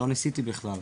לא ניסיתי בכלל.